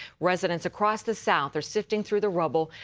residents across the south are sifting through the rubble,